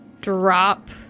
drop